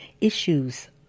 issues